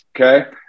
Okay